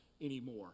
anymore